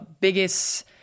biggest